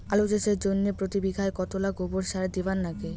আলু চাষের জইন্যে প্রতি বিঘায় কতোলা গোবর সার দিবার লাগে?